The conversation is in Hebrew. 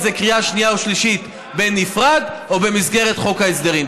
זה בקריאה שנייה ושלישית בנפרד או במסגרת חוק ההסדרים.